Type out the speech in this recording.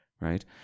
right